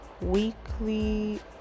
weekly